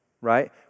right